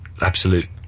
Absolute